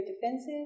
defensive